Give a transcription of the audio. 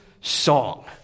song